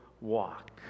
walk